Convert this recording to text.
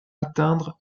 atteindre